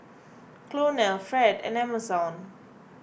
Colonel Fred and Emerson